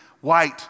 White